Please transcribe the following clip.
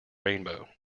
rainbow